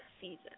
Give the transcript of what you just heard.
season